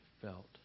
felt